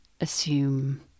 assume